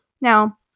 Now